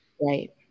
right